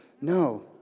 No